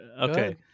Okay